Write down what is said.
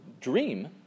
dream